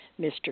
Mr